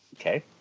okay